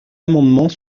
amendement